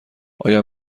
آیا